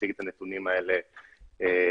הציג את הנתונים האלה בעבר.